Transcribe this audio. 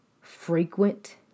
frequent